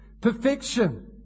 perfection